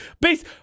Base